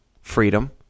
freedom